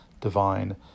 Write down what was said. divine